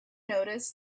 noticed